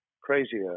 crazier